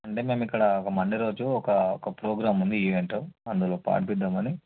అంటే మేము ఇక్కడ ఒక మండే రోజు ఒక ఒక ప్రోగ్రాం ఉంది ఈవెంటు అందులో పాడిద్దామని